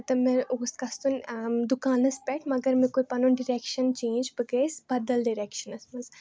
تہٕ مےٚ اوس گژھُن دُکانَس پٮ۪ٹھ مگر مےٚ کوٚر پَنُن ڈیریکشَن چینٛج بہٕ گٔیَس بَدَل ڈیریٚکشَنَس منٛز